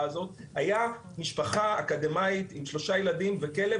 הזאת היה משפחה אקדמאית עם שלושה ילדים וכלב,